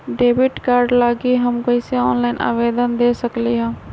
Debit card लागी हम कईसे ऑनलाइन आवेदन दे सकलि ह?